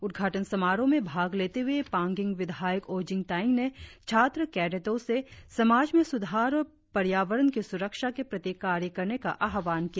उद्घाटन समारोह में भाग लेते हुए पांगिंग विधायक ओजिंग तायेंग ने छात्र कैडटों से समाज में सुधार और पर्यावरण की सुरक्षा के प्रति कार्य करने का आह्वान किया